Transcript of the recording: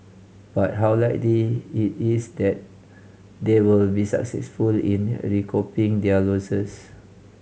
but how likely it is that they will be successful in recouping their losses